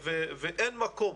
לכן אין מקום